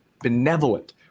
benevolent